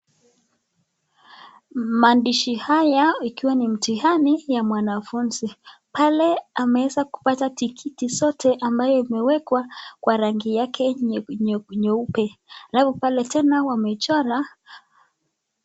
Maandishi haya yakiwa ni mtihani ya mwanafunzi. Pale ameweza kupata tikiti zote ambazo zimewekwa kwa rangi yake nyeupe. Halafu pale tena wamechora.